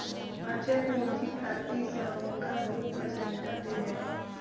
अचल पूंजी प्राप्ति सॅ हुनका बहुत प्रसन्नता भेलैन